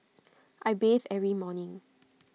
I bathe every morning